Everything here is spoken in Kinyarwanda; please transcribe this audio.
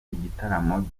igitaramo